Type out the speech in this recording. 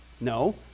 No